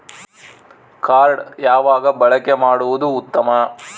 Card ಯಾವಾಗ ಬಳಕೆ ಮಾಡುವುದು ಉತ್ತಮ?